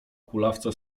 kulawca